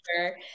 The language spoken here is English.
sure